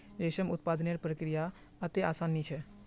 रेशम उत्पादनेर प्रक्रिया अत्ते आसान नी छेक